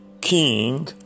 king